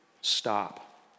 stop